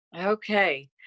Okay